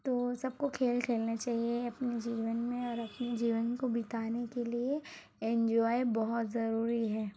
तो सबको खेल खेलना चाहिए अपने जीवन में और अपने जीवन को बिताने के लिए एन्जॉय बहुत ज़रूरी है